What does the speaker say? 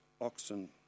oxen